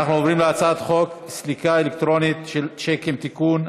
אנחנו עוברים להצעת חוק סליקה אלקטרונית של שיקים (תיקון),